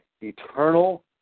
eternal